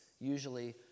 usually